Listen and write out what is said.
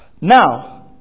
Now